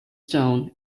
stone